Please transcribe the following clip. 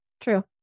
True